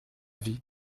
vie